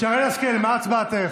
שרן השכל, מה הצבעתך?